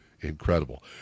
incredible